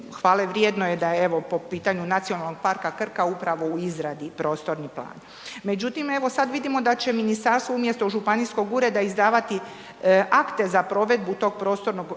Hvale vrijedno je da je, evo po pitanju Nacionalnog parka Krka upravo u izradi prostorni plan. Međutim, evo sad vidimo da će ministarstvo umjesto županijskog ureda izdavati akte za provedbu tog prostornog